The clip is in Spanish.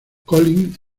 collins